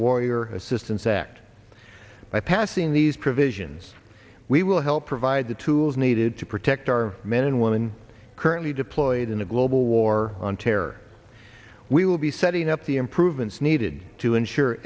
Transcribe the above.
warrior assistance act by passing these provisions we will help provide the tools needed to protect our men and women currently deployed in the global war on terror we will be setting up the improvements needed to en